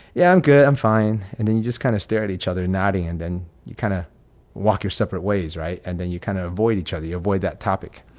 yeah, i'm good, i'm fine. and then you just kind of stare at each other nodding and then you kind of walk your separate ways. right. and then you kind of avoid each other, avoid that topic.